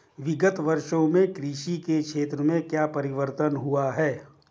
विगत वर्षों में कृषि के क्षेत्र में क्या परिवर्तन हुए हैं?